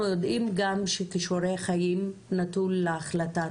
יודעים גם שכישורי חיים נתון להחלטה,